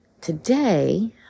today